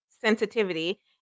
sensitivity